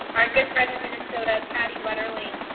our good friend in minnesota, patty wedderling,